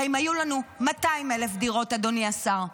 הרי אם היו לנו 200,000 דירות, אדוני השר,